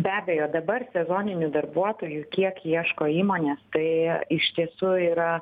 be abejo dabar sezoninių darbuotojų kiek ieško įmonės tai iš tiesų tai yra